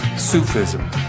Sufism